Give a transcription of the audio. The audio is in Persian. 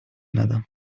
ندم